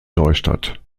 neustadt